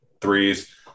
threes